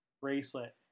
bracelet